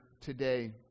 today